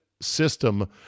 system